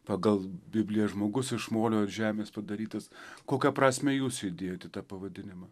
pagal bibliją žmogus iš molio ir žemės padarytas kokią prasmę jūs įdėjot į tą pavadinimą